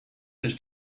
his